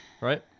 Right